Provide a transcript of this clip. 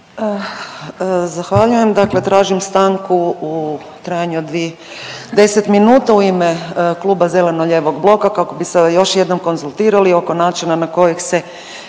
Zahvaljujem. Dakle, tražim stanku u trajanju od 10 minuta u ime Kluba zeleno-lijevog bloka kako bi se još jednom konzultirali oko načina na koji se